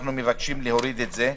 אנחנו מבקשים להוריד את זה.